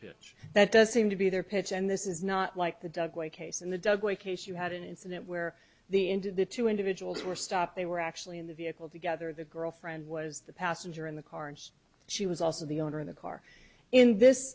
pitch that does seem to be their pitch and this is not like the dugway case in the dugway case you had an incident where the ended the two individuals were stopped they were actually in the vehicle together the girlfriend was the passenger in the car and she was also the owner of the car in this